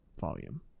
volume